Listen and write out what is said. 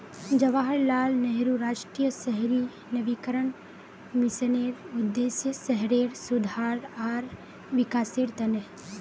जवाहरलाल नेहरू राष्ट्रीय शहरी नवीकरण मिशनेर उद्देश्य शहरेर सुधार आर विकासेर त न